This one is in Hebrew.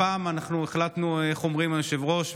הפעם אנחנו החלטנו, איך אומרים, היושב-ראש?